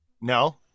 No